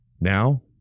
Now